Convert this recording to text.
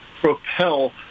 propel